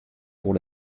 pour